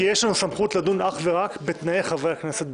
יש לנו סמכות לדון אך ורק בתנאי חברי הכנסת,